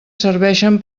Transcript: serveixen